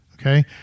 Okay